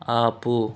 ఆపు